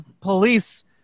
police